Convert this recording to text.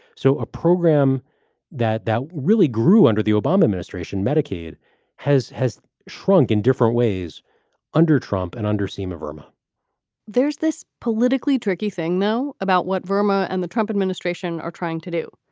so a program that that really grew under the obama administration, medicaid has has shrunk in different ways under trump and under seyma burma there's this politically tricky thing now about what burma and the trump administration are trying to do.